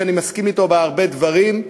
שאני מסכים אתו בהרבה דברים,